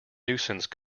nuisance